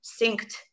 synced